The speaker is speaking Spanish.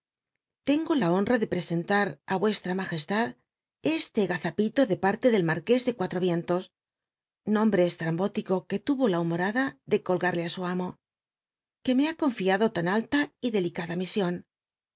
tcnóo la honra de presentar it v jf eslc gazap ilo de parle tlcl marqués de cuatro vientos nombre c lrambótico que tuvo la humorada de colgarle á u amo que me ha confiado tan alla y delicada mision